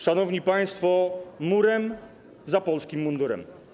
Szanowni państwo, murem za polskim mundurem.